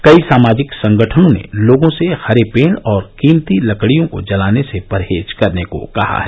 कई सामाजिक संगठनों ने लोगों से हरे पेड़ और कीमती लडकियों को जलाने से परहेज करने को कहा है